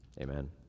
Amen